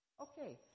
Okay